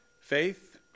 Faith